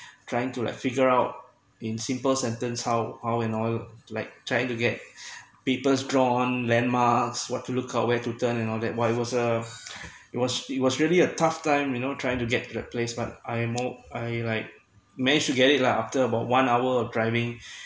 trying to like figure out in simple sentence how all and all like trying to get people's drawn landmarks what to look out where to turn and all that but it was uh it was it was really a tough time you know trying to get to the place but I am more I like may forget it lah after about one hour driving